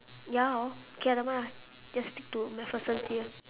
ya orh okay never mind ah just stick to macpherson here